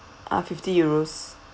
ah fifty euros